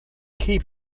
keep